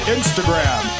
Instagram